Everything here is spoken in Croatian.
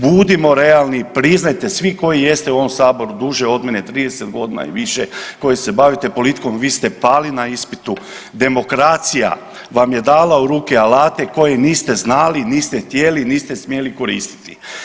Budimo realni i priznajte svi koji jeste u ovom saboru duže od mene 30.g. i više koji se bavite politikom vi ste pali na ispitu, demokracija vam je dala u ruke alate koje niste znali, niste htjeli, niste smjeli koristiti.